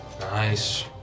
Nice